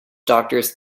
doctors